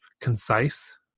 concise